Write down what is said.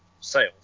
sales